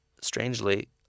strangely